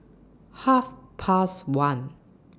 Half Past one